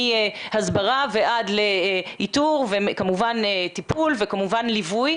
מהסברה ועד לאיתור וכמובן טיפול וכמובן ליווי.